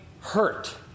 hurt